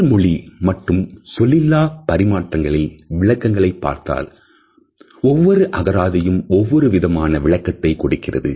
உடல் மொழி மற்றும் சொல்லிலா பரிமாற்றங்களில் விளக்கங்களை பார்த்தால் ஒவ்வொரு அகராதியும் ஒவ்வொரு விதமான விளக்கத்தை கொடுக்கிறது